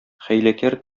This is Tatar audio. хәйләкәр